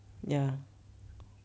ya